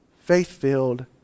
faith-filled